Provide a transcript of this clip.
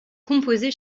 composée